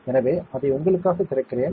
எனவே அதை உங்களுக்காக திறக்கிறேன்